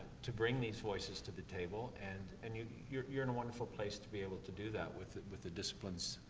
to bring these voices to the table. and. and you're you're in a wonderful place to be able to do that with, with the disciplines,